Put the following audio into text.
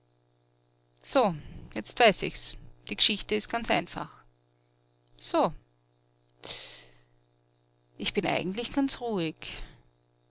so jetzt weiß ich's die geschichte ist ganz einfach so ich bin eigentlich ganz ruhig